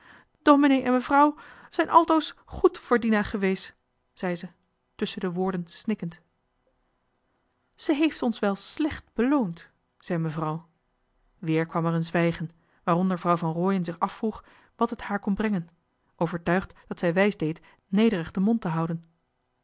domenee en mefrou sijn altoos goed foor dina gewees zei ze tusschen de woorden snikkend ze heeft ons wel slecht beloond zei mevrouw weer kwam er een zwijgen waaronder vrouw van rooien zich afvroeg wat het haar kon brengen overtuigd dat zij wijs deed nederig den mond te houden